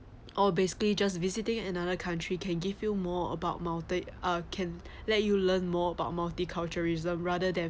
or basically just visiting another country can give you more about multi~ uh can let you learn more about multiculturalism rather than